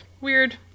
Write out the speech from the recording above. Weird